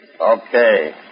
Okay